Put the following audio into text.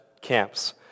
camps